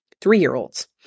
three-year-olds